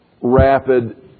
rapid